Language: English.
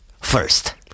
first